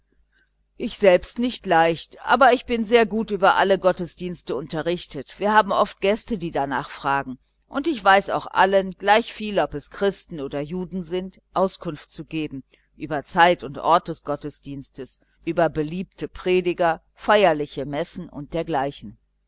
ich selbst nicht leicht aber ich bin sehr gut über alle gottesdienste unterrichtet wir haben oft gäste die sich dafür interessieren und ich weiß auch allen gleichviel ob es christen oder juden sind auskunft zu geben über zeit und ort des gottesdienstes über beliebte prediger feierliche messen und dergleichen